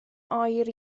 oer